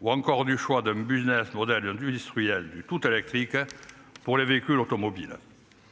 Ou encore du choix d'un Business model à Lyon du industriel du tout électrique. Pour les véhicules automobiles.